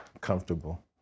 comfortable